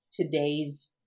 today's